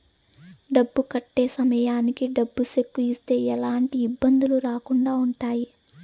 డబ్బు కట్టే సమయానికి డబ్బు సెక్కు ఇస్తే ఎలాంటి ఇబ్బందులు రాకుండా ఉంటాయి